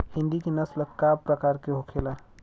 हिंदी की नस्ल का प्रकार के होखे ला?